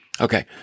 okay